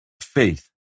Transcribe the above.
faith